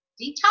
Detox